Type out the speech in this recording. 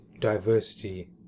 diversity